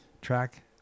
track